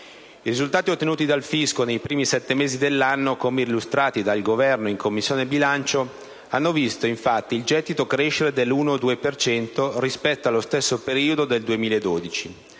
I risultati ottenuti dal fisco nei primi sette mesi dell'anno, come illustrati dal Governo in Commissione bilancio, hanno visto infatti il gettito crescere dell'1,2 per cento rispetto allo stesso periodo del 2012.